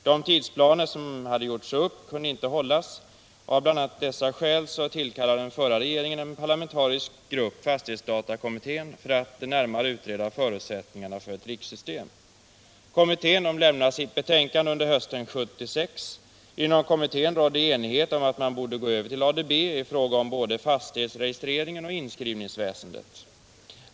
De tidsplaner som hade gjorts upp kunde inte hållas. Av bl.a. dessa skäl tillkallade den förra regeringen en parlamentarisk kommitté, fastighetsdatakommittén, för att närmare utreda förutsättningarna för ett rikssystem. Kommittén lämnade sitt betänkande under hösten 1976. Inom kommittén rådde enighet om att man borde gå över till ADB i fråga om både fastighetsregistreringen och inskrivningsväsendet.